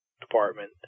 Department